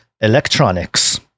electronics